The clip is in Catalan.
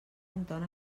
entona